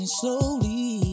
slowly